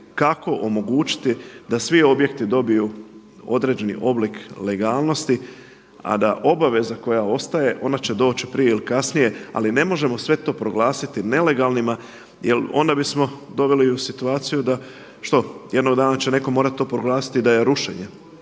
kako omogućiti da svi objekti dobiju određeni oblik legalnosti a da obaveza koja ostaje ona će doći prije ili kasnije ali ne možemo sve to proglasiti nelegalnim jer onda bismo doveli u situaciju da što, jednog dana će netko to morati proglasiti da je rušenje.